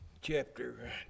chapter